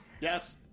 Yes